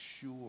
sure